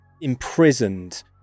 imprisoned